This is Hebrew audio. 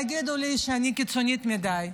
יגידו לי שאני קיצונית מדי,